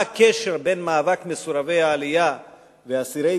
מה הקשר בין מאבק מסורבי העלייה ואסירי